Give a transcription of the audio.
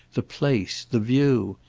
the place, the view,